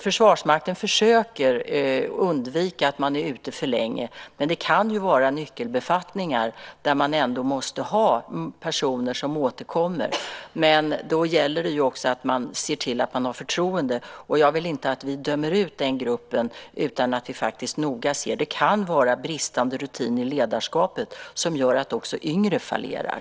Försvarsmakten försöker undvika att personer är ute för länge, men det kan ju vara fråga om nyckelbefattningar där man måste ha personer som återkommer. Men då gäller det att se till att man har förtroende för dem. Jag vill inte att vi dömer ut den gruppen utan att vi noga tar reda på hur det är. Det kan vara bristande rutin i ledarskapet som gör att också yngre fallerar.